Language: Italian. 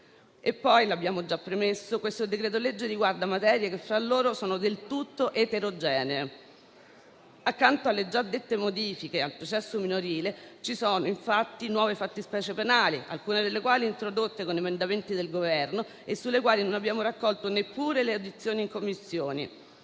come abbiamo già premesso, il decreto-legge in esame riguarda materie che fra loro sono del tutto eterogenee. Accanto alle già citate modifiche al processo minorile, ci sono infatti nuove fattispecie penali, alcune delle quali introdotte con emendamenti del Governo e sulle quali non abbiamo raccolto neppure le audizioni nelle Commissioni